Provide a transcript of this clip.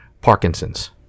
Parkinson's